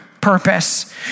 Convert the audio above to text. purpose